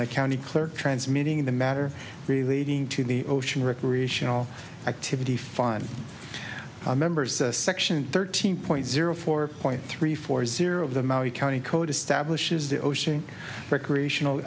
the county clerk transmitting the matter relating to the ocean recreational activity fun members section thirteen point zero four point three four zero of the maui county code establishes the ocean recreational